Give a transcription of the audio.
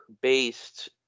based